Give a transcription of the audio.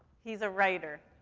he's a writer.